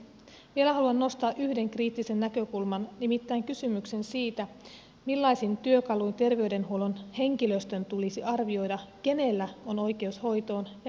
vielä haluan nostaa yhden kriittisen näkökulman nimittäin kysymyksen siitä millaisin työkaluin terveydenhuollon henkilöstön tulisi arvioida kenellä on oikeus hoitoon ja kenellä ei